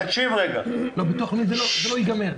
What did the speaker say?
זה לא ייגמר.